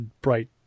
bright